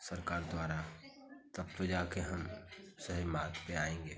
सरकार द्वारा तब तो जाकर हम सही मार्ग पर आएँगे